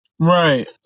Right